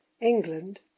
England